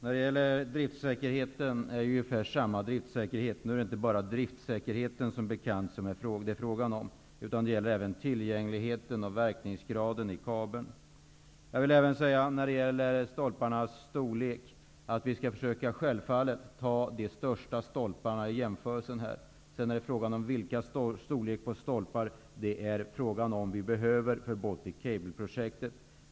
Fru talman! Driftsäkerheten blir ungefär densamma. Nu är det som bekant inte bara fråga om driftsäkerheten, utan det gäller även tillgängligheten och verkningsgraden i kabeln. Vi skall självfallet försöka ta de största stolparna i jämförelsen. Sedan är det en fråga om vilken storlek på stolparna vi behöver för Baltic Cableprojektet.